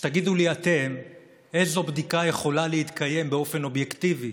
אז תגידו לי אתם איזו בדיקה יכולה להתקיים באופן אובייקטיבי